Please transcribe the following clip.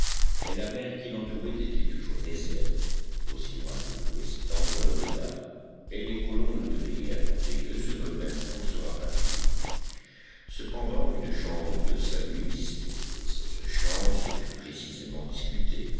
mais la mer qui l'entourait était toujours déserte aussi loin que pouvait s'étendre le regard et les colons ne devaient guère compter que sur eux-mêmes pour se rapatrier cependant une chance de salut existait et cette chance fut précisément discutée